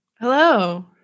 Hello